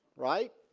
right.